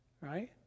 Right